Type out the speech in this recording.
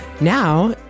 Now